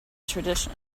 tradition